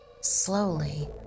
Slowly